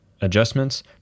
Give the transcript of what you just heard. adjustments